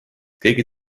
keegi